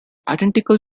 identical